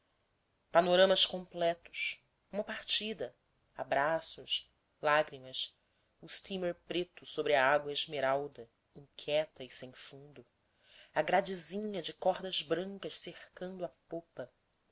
atmosfera panoramas completos uma partida abraços lágrimas o steamer preto sobre a água esmeralda inquieta e sem fundo a gradezinha de cordas brancas cercando a popa